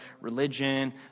religion